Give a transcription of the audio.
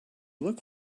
look